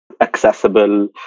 accessible